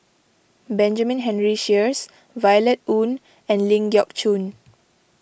Benjamin Henry Sheares Violet Oon and Ling Geok Choon